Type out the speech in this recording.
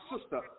sister